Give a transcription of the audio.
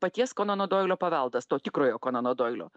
paties konano doilio paveldas to tikrojo konano doilio